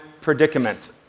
predicament